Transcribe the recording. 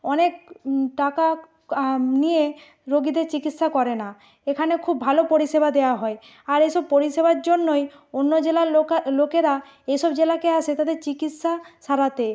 অনেক টাকা নিয়ে রোগীদের চিকিৎসা করে না এখানে খুব ভালো পরিষেবা দেওয়া হয় আর এসব পরিষেবার জন্যই অন্য জেলার লোকেরা এই সব জেলাকে আসে তাদের চিকিৎসা সারাতে